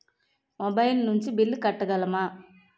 Mobile నుంచి bill కట్టగలమ?